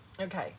Okay